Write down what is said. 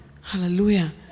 Hallelujah